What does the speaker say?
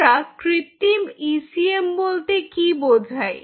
আমরা কৃত্রিম ইসিএম বলতে কী বোঝাই